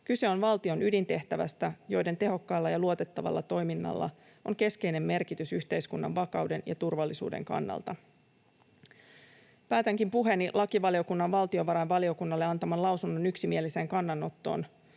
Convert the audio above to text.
Kyse on valtion ydintehtävistä, joiden tehokkaalla ja luotettavalla toiminnalla on keskeinen merkitys yhteiskunnan vakauden ja turvallisuuden kannalta. Päätänkin puheeni lakivaliokunnan valtiovarainvaliokunnalle antaman lausunnon yksimieliseen kannanottoon: